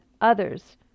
others